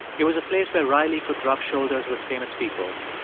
it was a place where riley could rub shoulders with famous people,